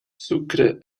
sucre